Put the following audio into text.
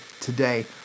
today